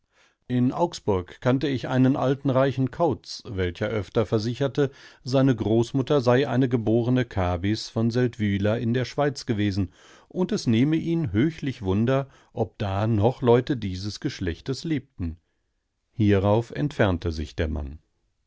in augsburg kannte ich einen alten reichen kauz welcher öfter versicherte seine großmutter sei eine geborene kabis von seldwyla in der schweiz gewesen und es nehme ihn höchlich wunder ob da noch leute dieses geschlechtes lebten hierauf entfernte sich der mann